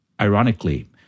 ironically